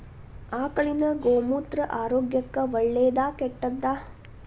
ಆಕಳಿನ ಗೋಮೂತ್ರ ಆರೋಗ್ಯಕ್ಕ ಒಳ್ಳೆದಾ ಕೆಟ್ಟದಾ?